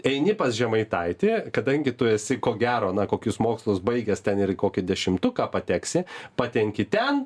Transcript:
eini pas žemaitaitį kadangi tu esi ko gero na kokius mokslus baigęs ten ir į kokį dešimtuką pateksi patenki ten